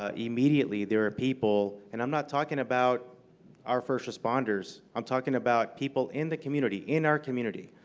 ah immediately there are people and i'm not talking about our first responders. i'm talking about people in the community, in our community,